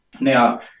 Now